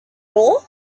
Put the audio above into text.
all